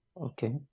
Okay